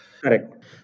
Correct